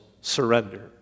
surrender